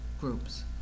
groups